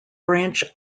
branch